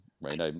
right